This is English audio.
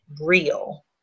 real